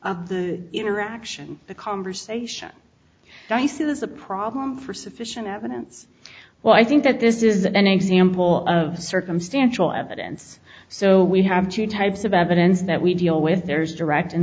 of the interaction the conversation dices a problem for sufficient evidence well i think that this is an example of circumstantial evidence so we have two types of evidence that we deal with there's direct